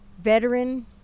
veteran